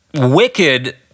Wicked